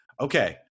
Okay